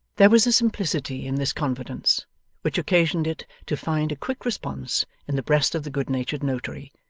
there was a simplicity in this confidence which occasioned it to find a quick response in the breast of the good-natured notary,